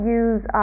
use